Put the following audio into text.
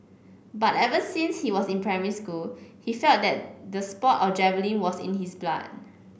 but ever since he was in primary school he felt that the sport of javelin was in his blood